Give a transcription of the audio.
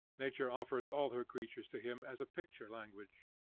nature offers all her creatures to him as a picture-language.